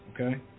Okay